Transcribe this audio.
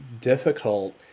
difficult